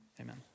amen